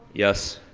yes.